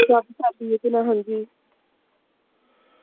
काफी जादा होये दा हां जी